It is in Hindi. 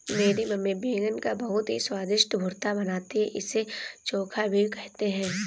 मेरी मम्मी बैगन का बहुत ही स्वादिष्ट भुर्ता बनाती है इसे चोखा भी कहते हैं